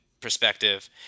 perspective